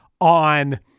on